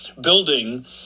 building